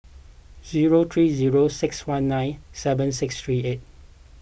zero three zero six one nine seven six three eight